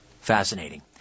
Fascinating